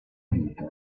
vita